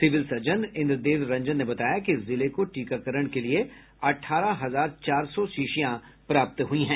civil surgeon Indradev Ranjan ने बताया कि जिले को टीकाकरण के लिये अठारह हजार चार सौ शीशियां प्राप्त हुई हैं